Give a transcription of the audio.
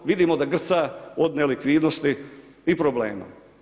Vidimo da grca od nelikvidnosti i problema.